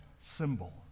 symbol